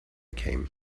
came